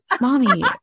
mommy